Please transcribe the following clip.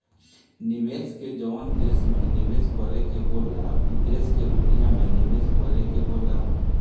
निवेशक के जवन देश में निवेस करे के होला उ देश के रुपिया मे निवेस करे के होला